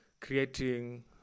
creating